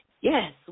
yes